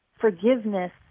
forgiveness